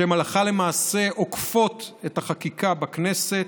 שהן הלכה למעשה עוקפות את החקיקה בכנסת.